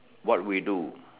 what we do